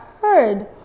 heard